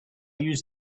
use